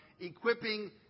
equipping